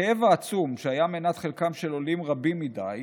הכאב העצום שהיה מנת חלקם של עולים רבים מדי,